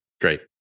Great